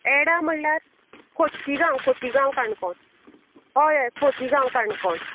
एडा म्हल्यार खोतिगांव खोतिगांव काणकोण हय हय खोतिगांव काणकोण